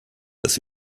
das